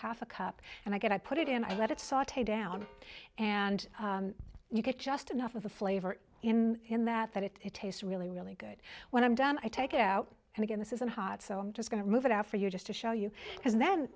half a cup and i get i put it in i let it saut down and you get just enough of the flavor in in that that it tastes really really good when i'm done i take it out and again this isn't hot so i'm just going to move it out for you just to show you because then